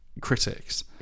critics